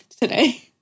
today